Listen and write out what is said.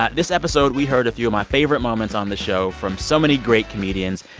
ah this episode, we heard a few of my favorite moments on the show from so many great comedians.